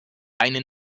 eine